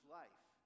life